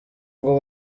ngo